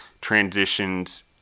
transitions